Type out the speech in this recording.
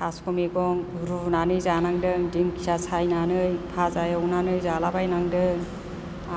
थास' मैगं रुनानै जानांदों दिंखिया सायनानै फाजा एवनानै जाला बायनांदो